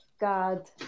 god